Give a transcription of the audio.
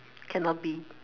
cannot be